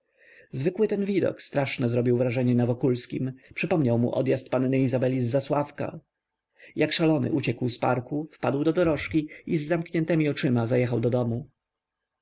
zwykły ten widok straszne zrobił wrażenie na wokulskim przypomniał mu odjazd panny izabeli z zasławka jak szalony uciekł z parku wpadł do dorożki i z zamkniętemi oczyma zajechał do domu